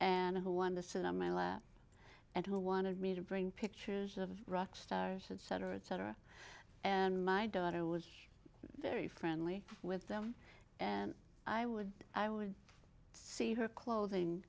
and who want to sit on my lap and who wanted me to bring pictures of rock stars etc etc and my daughter was very friendly with them and i would i would see her clothing